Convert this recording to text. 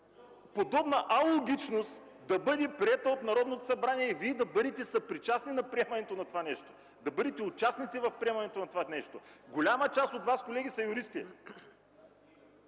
подобна алогичност да бъде приета от Народното събрание и Вие да бъдете съпричастни на приемането на това нещо, да бъдете участници в приемането на това нещо! Голяма част от Вас, колеги, са юристи.